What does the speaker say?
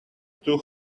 too